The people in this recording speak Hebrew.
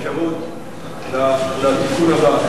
אפשרות לתיקון הבא.